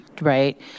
right